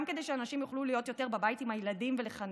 גם כדי שהנשים יוכלו להיות יותר בבית עם הילדים ולחנך,